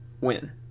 win